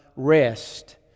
rest